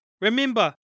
Remember